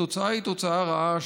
התוצאה היא תוצאה רעה,